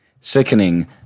Sickening